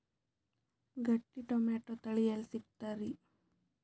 ಗಟ್ಟಿ ಟೊಮೇಟೊ ತಳಿ ಎಲ್ಲಿ ಸಿಗ್ತರಿ?